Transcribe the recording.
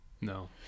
No